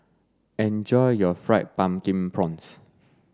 enjoy your fried pumpkin prawns